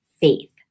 faith